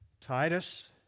Titus